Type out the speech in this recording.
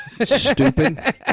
Stupid